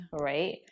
right